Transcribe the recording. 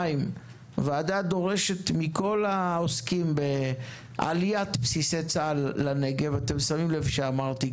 הוועדה דורשת מכל העוסקים בעליית בסיסי צה"ל לנגב אתם שמים לב שאמרתי,